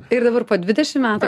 ir dabar po dvidešim metų